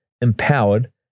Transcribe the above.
empowered